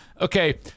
Okay